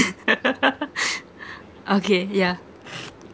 okay yeah